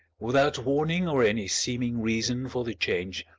without warning or any seeming reason for the change,